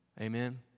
Amen